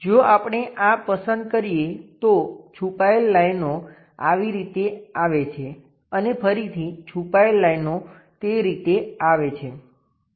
જો આપણે આ પસંદ કરીએ તો છુપાયેલ લાઈનો આવી રીતે આવે છે અને ફરીથી છુપાયેલ લાઈનો તે રીતે આવે છે